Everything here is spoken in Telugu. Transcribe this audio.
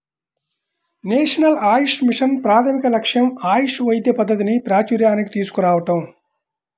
నేషనల్ ఆయుష్ మిషన్ ప్రాథమిక లక్ష్యం ఆయుష్ వైద్య పద్ధతిని ప్రాచూర్యానికి తీసుకురావటం